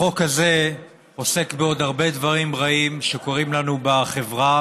החוק הזה עוסק בעוד הרבה דברים רעים שקורים לנו בחברה,